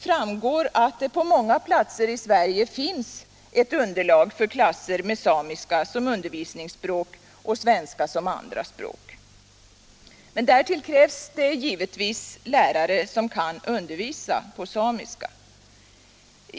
framgår att det på många platser i Sverige finns underlag för klasser med samiska som undervisningsspråk och svenska som andra språk. Därtill krävs givetvis lärare som kan undervisa på samiska.